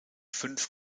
fünf